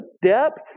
depth